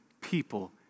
people